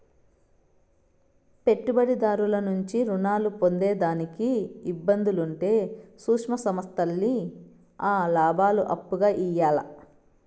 పెట్టుబడిదారుల నుంచి రుణాలు పొందేదానికి ఇబ్బందులు ఉంటే సూక్ష్మ సంస్థల్కి ఆల్ల లాబాలు అప్పుగా ఇయ్యాల్ల